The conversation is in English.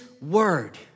word